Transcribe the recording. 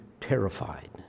terrified